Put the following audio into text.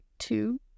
Two